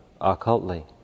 occultly